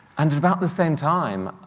and at about the same time,